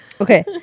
Okay